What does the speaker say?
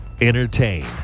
Entertain